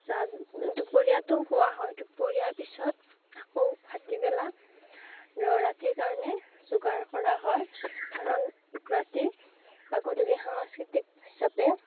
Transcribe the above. যা দুপৰীয়াটোও কোৱা হয় দুপৰীয়াৰ পিছত আকৌ ভাটিবেলা ৰাতিৰ কাৰণে যোগাৰ কৰা হয় কাৰণ ৰাতি বা গধূলি সাংস্কৃতিক হিচাপে